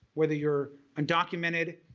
whether you're undocumented,